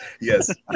Yes